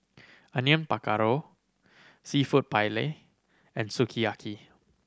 Onion Pakora Seafood Paella and Sukiyaki